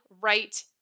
right